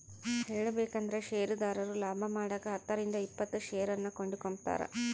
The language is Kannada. ಹೇಳಬೇಕಂದ್ರ ಷೇರುದಾರರು ಲಾಭಮಾಡಕ ಹತ್ತರಿಂದ ಇಪ್ಪತ್ತು ಷೇರನ್ನು ಕೊಂಡುಕೊಂಬ್ತಾರ